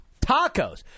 Tacos